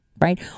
right